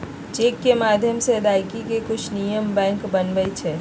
cheque के माध्यम से अदायगी के कुछ नियम बैंक बनबई छई